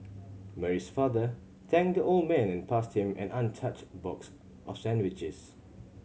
Mary's father thanked the old man and passed him an untouched box of sandwiches